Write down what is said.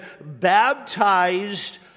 baptized